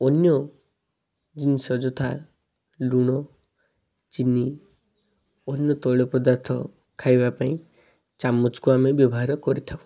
ଅନ୍ୟ ଜିନିଷ ଯଥା ଲୁଣ ଚିନି ଅନ୍ୟ ତୈଳ ପଦାର୍ଥ ଖାଇବା ପାଇଁ ଚାମଚକୁ ଆମେ ବ୍ୟବହାର କରିଥାଉ